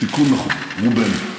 תיקון נכון, רובנו.